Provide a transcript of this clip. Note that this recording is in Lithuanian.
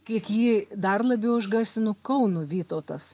kiek jį dar labiau išgarsino kauno vytautas